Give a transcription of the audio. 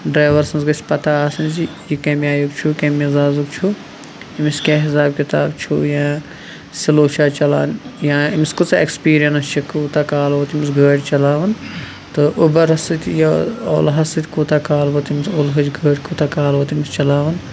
driver سِنٛز گَژھِ پَتَہ آسٕنۍ زِ یہِ کمہِ آیُک چھُ کمہِ مِزازُک چھُ أمِس کیٛاہ حِساب کِتاب چھُ یا سلو چھَ چلان یا أمِس کۭژَاہ ایٚکٕسپیٖریَنٕس چھِ کوٗتَہ کال ووت أمِس گٲڑ چَلاوان تہٕ اوٗبَرَس سۭتۍ یا اولا ہَس سۭتۍ کوٗتَہ کال ووت أمِس اولہٕچ گٲڑۍ کوٗتَہ کال ووت أمس چَلاوان